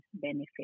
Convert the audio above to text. benefits